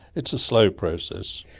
it's a slow process.